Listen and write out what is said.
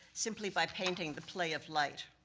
simply by painting the play of light.